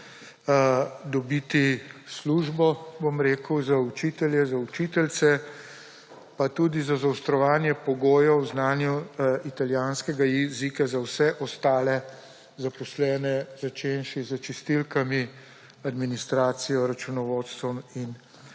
dobiti službo za učitelje, učiteljice; pa tudi za zaostrovanje pogojev v znanju italijanskega jezika za vse ostale zaposlene, začenši s čistilkami, administracijo, računovodstvom in